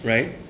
Right